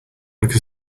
look